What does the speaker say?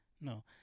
no